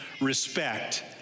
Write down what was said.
respect